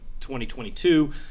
2022